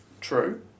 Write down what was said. True